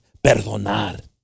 Perdonar